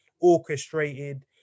orchestrated